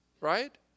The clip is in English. Right